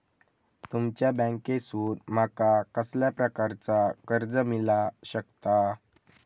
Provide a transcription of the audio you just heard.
तुमच्या बँकेसून माका कसल्या प्रकारचा कर्ज मिला शकता?